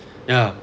ya